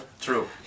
True